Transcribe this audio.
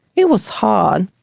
it was hard.